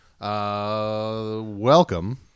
welcome